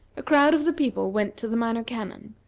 a crowd of the people went to the minor canon,